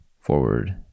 forward